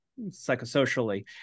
psychosocially